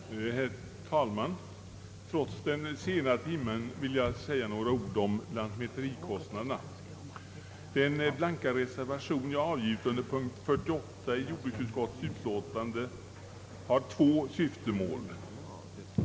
Herr talman! Trots den sena timmen vill jag säga några ord om lantmärterikostnaderna. Den blanka reservation jag avgivit under punkten 48 i jordbruksutskottets utlåtande nr 1 har två syftemål.